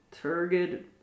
Turgid